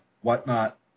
whatnot